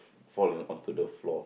fall onto the floor